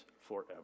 forever